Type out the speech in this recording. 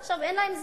עכשיו אין להן זמן,